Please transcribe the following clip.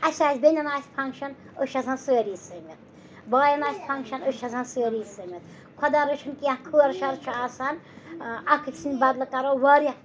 اَسہِ آسہِ بیٚنٮ۪ن آسہِ فنٛکشَن أسۍ چھِ آسان سٲری سٔمِتھ بایَن آسہِ فنٛکشَن أسۍ چھِ آسان سٲری سٔمِتھ خۄدا رٔچھِن کینٛہہ خٲرٕ شَر چھُ آسان اَکھ أکۍ سٕنٛدِ بدلہٕ کَرو واریاہ